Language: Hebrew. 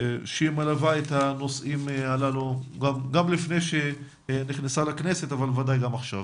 שמלווה את הנושאים האלה גם לפני שנכנסה לכנסת אבל בוודאי גם עכשיו.